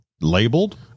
labeled